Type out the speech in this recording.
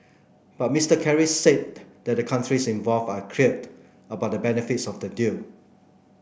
but Mister Kerry said that the countries involved are cleared about the benefits of the deal